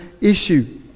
issue